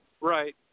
Right